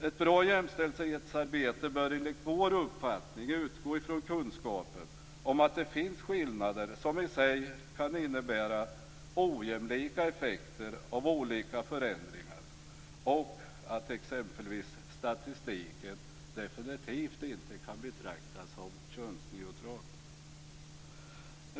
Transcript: Ett bra jämställdhetsarbete bör enligt vår uppfattning utgå från kunskapen om att det finns skillnader som i sig kan innebära ojämlika effekter av olika förändringar och att exempelvis statistiken definitivt inte kan betraktas som könsneutral.